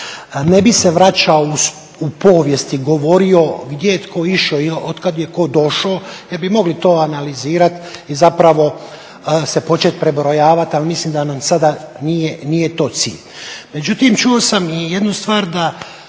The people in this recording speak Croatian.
Ne bih se vraćao u povijest i govorio gdje je tko išao i od kud je tko došao, … mogli to analizirati i zapravo se počet prebrojavat, ali mislim da nam sada nije to cilj.